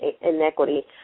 inequity